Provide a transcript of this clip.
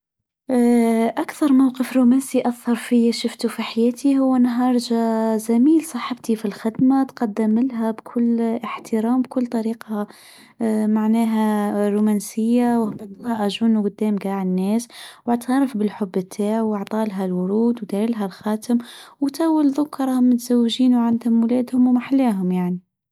أكثر موقف رومانسي أثر فيا شفته في حياتي هو نهار جميل صاحبتي في الخدمه تقدم لها بكل أحترام بكل طريقه معناها رومانسيه قدام جاع الناس و اعترف بالحب تاعو وعطالها الورود وترالها الخاتم وتاو لذوكرا متزوجين محلاهم يعني.